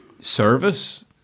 service